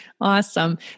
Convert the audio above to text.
Awesome